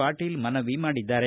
ಪಾಟೀಲ್ ಮನವಿ ಮಾಡಿದ್ದಾರೆ